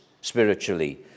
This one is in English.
spiritually